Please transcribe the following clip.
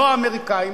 לא האמריקנים,